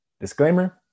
Disclaimer